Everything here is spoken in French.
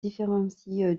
différencie